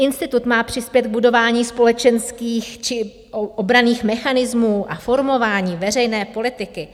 Institut má přispět k budování společenských či obranných mechanismů a formování veřejné politiky.